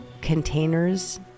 containers